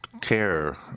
care